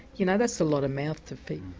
you know, that's a lot of mouths to feed.